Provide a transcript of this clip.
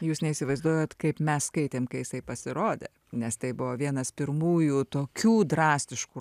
jūs neįsivaizduojat kaip mes skaitėm kai jisai pasirodė nes tai buvo vienas pirmųjų tokių drastiškų